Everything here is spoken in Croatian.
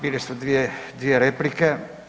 Bile su dvije replike.